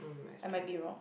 I might be wrong